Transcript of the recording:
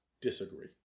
Disagree